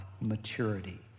maturity